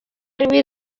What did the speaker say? ariwe